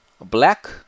black